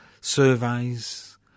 surveys